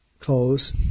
Close